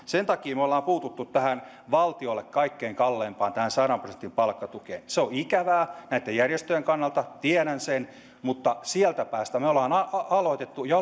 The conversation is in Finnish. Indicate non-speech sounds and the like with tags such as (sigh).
(unintelligible) sen takia me olemme puuttuneet tähän valtiolle kaikkein kalleimpaan tähän sadan prosentin palkkatukeen se on ikävää näitten järjestöjen kannalta tiedän sen mutta sieltä päästä me olemme aloittaneet ja (unintelligible)